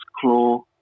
claw